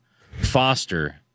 Foster